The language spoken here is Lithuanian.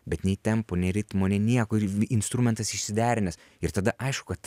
bet nei tempo nei ritmo nei nieko ir instrumentas išsiderinęs ir tada aišku kad